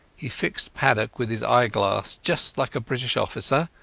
he fixed paddock with his eyeglass, just like a british officer,